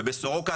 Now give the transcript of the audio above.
ובסורוקה,